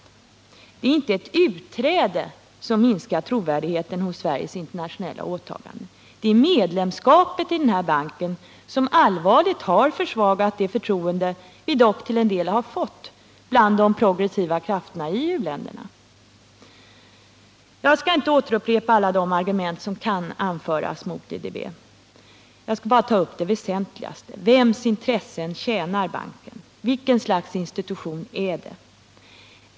Det är inte ett utträde som minskar trovärdigheten i Sveriges internationella åtaganden. Det är medlemskapet i denna bank som allvarligt har försvagat det förtroende vi dock till en del har fått bland de progressiva krafterna i u-länderna. Jag skall inte upprepa alla de argument som kan anföras mot IDB. Jag skall bara ta upp de väsentligaste. Vems intressen tjänar banken? Vilket slags institution är det?